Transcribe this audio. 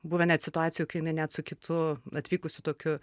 buvę net situacijų kai jinai net su kitu atvykusiu tokiu